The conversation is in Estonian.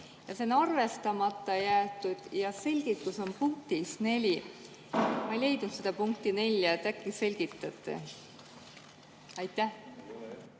See on arvestamata jäetud ja selgitus on punktis 4. Ma ei leidnud seda punkti 4. Äkki selgitate? Aitäh!